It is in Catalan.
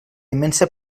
immensa